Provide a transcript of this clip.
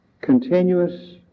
continuous